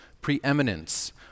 preeminence